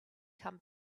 come